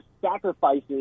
sacrifices